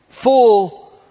Full